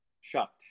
Shocked